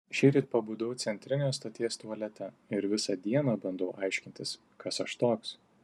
šįryt pabudau centrinės stoties tualete ir visą dieną bandau aiškintis kas aš toks